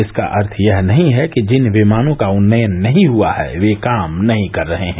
इसका अर्थ यह नहीं है कि जिन विमानों का उन्नयन नहीं हुआ है वे काम नहीं कर रहे हैं